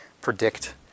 predict